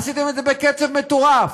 עשיתם את זה בקצב מטורף.